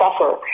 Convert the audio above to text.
suffer